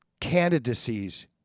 candidacies